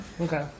Okay